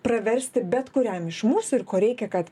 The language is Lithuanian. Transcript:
praversti bet kuriam iš mūsų ir ko reikia kad